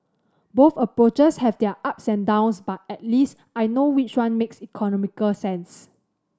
both approaches have their ups and downs but at least I know which one makes economical sense